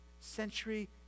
Century